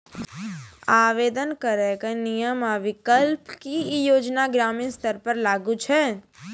आवेदन करैक नियम आ विकल्प? की ई योजना ग्रामीण स्तर पर लागू छै?